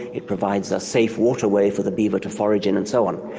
it provides a safe waterway for the beaver to forage in and so on.